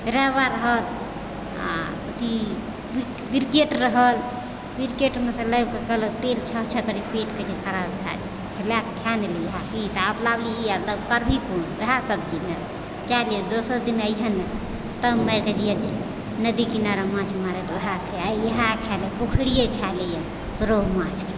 रहु रहय आओर की विकेट रहल विकेटमे से लाबिके कहलक तेल छह छह करइए पेटके जे खराब भए जाइत लएके खाय ने लै इएह ई तऽ अपना लिहे तऽ कर भी कोन वएह सब चीज ने किएक कि दोसर दिन अइहेँ ने तऽ मारिके नदी किनारा माछ मारत वएह खायब आइ इएह खा लै पोखरिये खा लैयै रोहु माछ